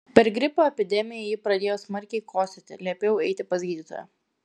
per gripo epidemiją ji pradėjo smarkiai kosėti liepiau eiti pas gydytoją